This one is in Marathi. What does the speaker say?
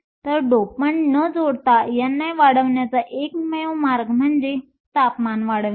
तर डोपंट न जोडता ni वाढवण्याचा एकमेव मार्ग म्हणजे तापमान वाढवणे